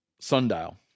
sundial